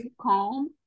calm